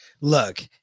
Look